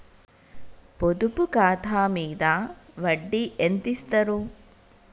పొదుపు ఖాతా మీద వడ్డీ ఎంతిస్తరు?